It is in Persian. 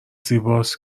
زیباست